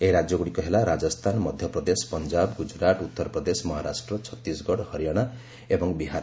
ଏହି ରାଜ୍ୟଗୁଡ଼ିକ ହେଲା ରାଜସ୍ଥାନ ମଧ୍ୟପ୍ରଦେଶ ପଞ୍ଜାବ ଗୁଜୁରାଟ ଉତ୍ତର ପ୍ରଦେଶ ମହାରାଷ୍ଟ୍ର ଛତିଶଗଡ଼ ହରିୟାଣା ଏବଂ ବିହାର